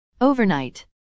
Overnight